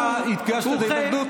אתה הגשת את ההתנגדות.